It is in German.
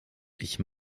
ich